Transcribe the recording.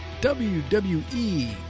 WWE